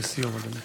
לסיום, אדוני.